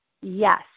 Yes